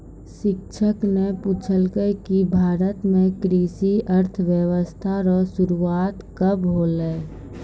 शिक्षक न पूछलकै कि भारत म कृषि अर्थशास्त्र रो शुरूआत कब होलौ